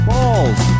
Balls